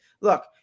look